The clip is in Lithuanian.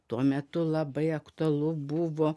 tuo metu labai aktualu buvo